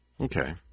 Okay